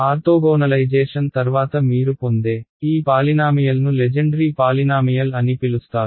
orthogonalisation తర్వాత మీరు పొందే ఈ పాలినామియల్ను లెజెండ్రీ పాలినామియల్ అని పిలుస్తారు